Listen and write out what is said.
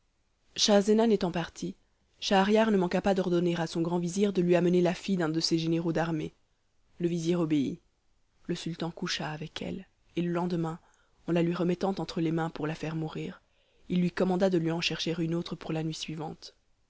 schahzenan étant parti schahriar ne manqua pas d'ordonner à son grand vizir de lui amener la fille d'un de ses généraux d'armée le vizir obéit le sultan coucha avec elle et le lendemain en la lui remettant entre les mains pour la faire mourir il lui commanda de lui en chercher une autre pour la nuit suivante